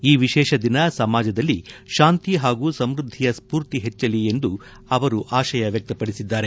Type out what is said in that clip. ಈ ವಿಶೇಷ ದಿನ ಸಮಾಜದಲ್ಲಿ ಶಾಂತಿ ಹಾಗೂ ಸಮೃದ್ದಿಯ ಸ್ಫೂರ್ತಿ ಹೆಚ್ಚಲಿ ಎಂದು ಆಶಯ ವ್ಯಕ್ತಪಡಿಸಿದ್ದಾರೆ